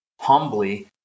humbly